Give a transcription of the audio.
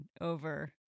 over